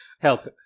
Help